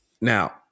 Now